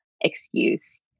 excuse